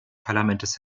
parlaments